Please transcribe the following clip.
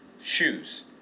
shoes